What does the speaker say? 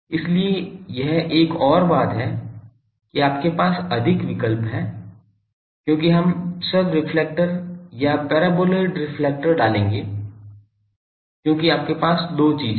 इसलिए यह एक और बात है कि आपके पास अधिक विकल्प हैं क्योंकि हम सब रेफ्लेक्टर् या पैराबोलॉइड रेफ्लेक्टर् डालेंगे क्योंकि आपके पास दो चीजें हैं